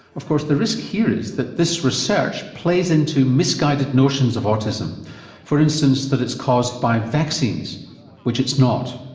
of course the risk here is that this research plays into misguided notions of autism for instance that it's caused by vaccines which it's not.